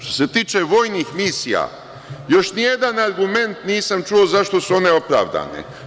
Što se tiče vojnih misija, još nijedan argument nisam čuo zašto su one opravdane.